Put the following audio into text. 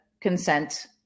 consent